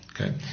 Okay